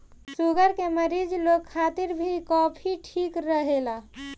sugar के मरीज लोग खातिर भी कॉफ़ी ठीक रहेला